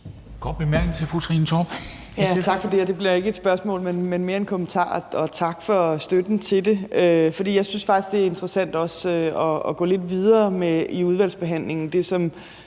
Torp, SF. Kl. 11:26 Trine Torp (SF): Tak for det, og det bliver ikke et spørgsmål, men mere en kommentar, og tak for støtten til det. For jeg synes faktisk også, det er interessant at gå lidt videre i udvalgsbehandlingen med det,